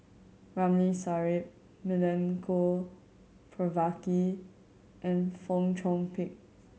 Ramli Sarip Milenko Prvacki and Fong Chong Pik